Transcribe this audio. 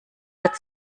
wird